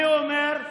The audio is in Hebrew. אני אומר: